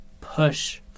push